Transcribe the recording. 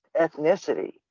ethnicity